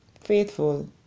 faithful